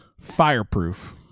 Fireproof